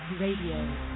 Radio